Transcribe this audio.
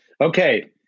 Okay